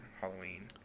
halloween